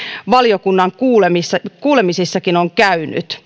valiokunnan kuulemisissakin kuulemisissakin on käynyt